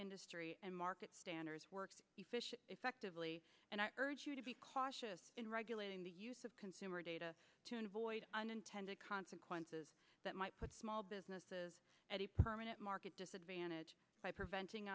industry and market standards works the fish effectively and i urge you to be cautious in regulating the use of consumer data to invoice unintended consequences that might put small businesses at a permanent market disadvantage by preventing